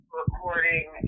recording